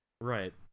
right